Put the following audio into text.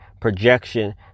projection